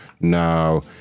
No